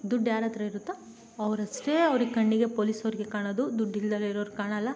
ದುಡ್ಡು ಯಾರ ಹತ್ರ ಇರುತ್ತೋ ಅವರಷ್ಟೇ ಅವ್ರಿಗೆ ಕಣ್ಣಿಗೆ ಪೋಲಿಸ್ ಅವರಿಗೆ ಕಾಣೋದು ದುಡ್ಡು ಇಲ್ದಲೇ ಇರೋವ್ರು ಕಾಣೋಲ್ಲ